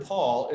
Paul